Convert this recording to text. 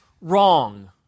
wrong